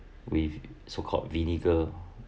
with so called vinegar